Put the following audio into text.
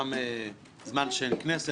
גם זמן של כנסת,